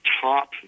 top